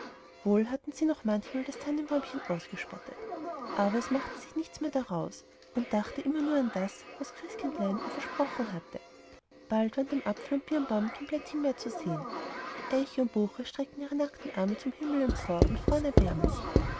wohl hatten sie noch manchmal das tannenbäumchen ausgespottet aber es machte sich nichts mehr daraus und dachte immer nur an das was christkindlein ihm versprochen hatte bald war an dem apfel und birnbaum kein blättchen mehr zu sehen die eiche und buche streckten ihre nackten arme zum himmel empor und